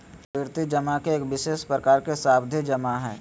आवर्ती जमा एक विशेष प्रकार के सावधि जमा हइ